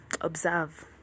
observe